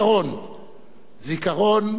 זיכרון מתמיד